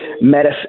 medicine